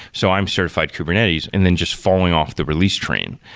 so i'm certified kubernetes and then just falling off the release train.